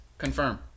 Confirm